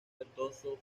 verdoso